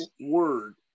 word